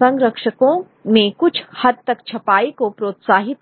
संरक्षकों ने कुछ हद तक छपाई को प्रोत्साहित किया